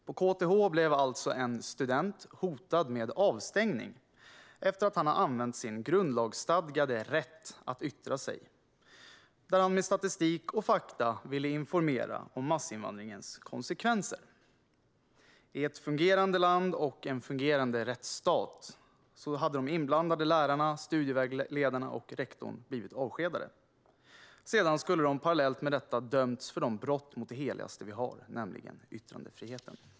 På KTH blev alltså en student hotad med avstängning efter att ha använt sin grundlagsstadgade rätt att yttra sig och med statistik och fakta informerat om massinvandringens konsekvenser. I ett fungerande land och en fungerande rättsstat hade de inblandade lärarna, studievägledarna och rektorn blivit avskedade. Parallellt med detta skulle de ha dömts för brott mot det heligaste vi har, nämligen yttrandefriheten.